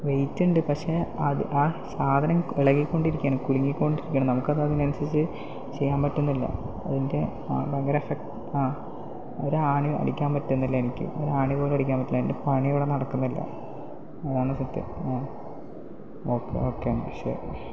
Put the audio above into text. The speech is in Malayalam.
വെയിറ്റുണ്ട് പക്ഷേ അത് ആ സാധനം ഇളകിക്കൊണ്ടിരിക്കുകയാണ് കുലുങ്ങിക്കൊണ്ടിരിക്കുകയാണ് നമുക്കതിനനുസരിച്ച് ചെയ്യാൻ പറ്റുന്നില്ല അതിൻ്റെ ആ ഭയങ്കര എഫക്റ്റ് ആ ഒരാണി അടിക്കാൻ പറ്റുന്നില്ല എനിക്ക് ഒരാണിപോലും അടിക്കാൻ പറ്റുന്നില്ല എൻ്റെ പണിയിവിടെ നടക്കുന്നില്ല അതാണ് സത്യം ആ ഓക്കെ ഓക്കെയെന്നാൽ ഷുവർ